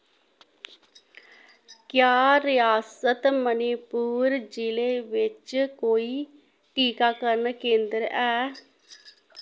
क्या रियासत मणिपुर जि'ले बिच कोई टीकाकरण केंदर है